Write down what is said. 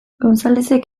gonzalezek